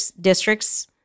districts